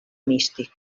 místic